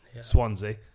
Swansea